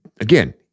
Again